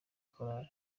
korali